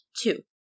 Two